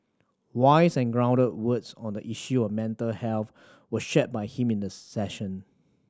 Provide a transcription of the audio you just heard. wise and grounded words on the issue of mental health were shared by him in the session